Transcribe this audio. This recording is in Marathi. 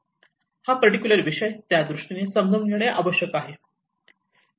हा पर्टिक्युलर विषय त्यादृष्टीने समजून घेणं आवश्यक आहे